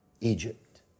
Egypt